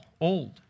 old